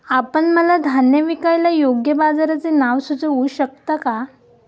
आपण मला धान्य विकायला योग्य बाजाराचे नाव सुचवू शकता का?